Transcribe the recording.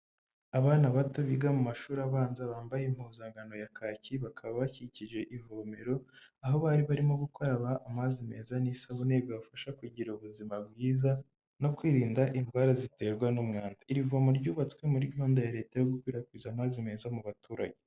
Abana bato biga mu mashuri abanza bambaye impuzankano ya kaki, bakaba bakikije ivomero aho bari barimo gukaraba amazi meza n'isabune bibafasha kugira ubuzima bwiza no kwirinda indwara ziterwa n'umwanda, iri vomero ry'ubatswe muri gahunda ya leta yo gukwirakwiza amazi meza mu baturage.